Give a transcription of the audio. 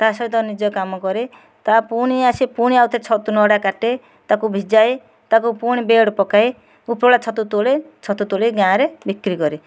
ତା ସହିତ ନିଜ କାମ କରେ ତା'ପରେ ପୁଣି ଆସି ପୁଣି ଛତୁ ନଡ଼ା କାଟେ ତାକୁ ଭିଯାଏ ତାକୁ ପୁଣି ବେଡ଼ ପକାଏ ଉପରବେଳା ଛତୁ ତୋଳେ ଛତୁ ତୋଳି ଗାଁରେ ବିକ୍ରି କରେ